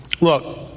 look